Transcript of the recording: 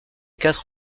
quatre